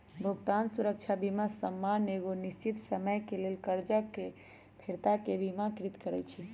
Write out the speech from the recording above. भुगतान सुरक्षा बीमा सामान्य एगो निश्चित समय के लेल करजा के फिरताके बिमाकृत करइ छइ